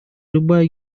любая